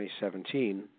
2017